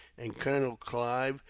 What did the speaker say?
and colonel clive,